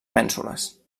mènsules